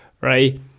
right